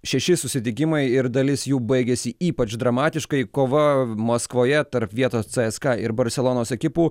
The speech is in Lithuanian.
šeši susitikimai ir dalis jų baigėsi ypač dramatiškai kova maskvoje tarp vietos cska ir barselonos ekipų